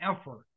effort